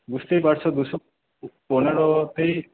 বুঝতেই পারছো দুশো পনেরোতেই